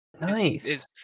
nice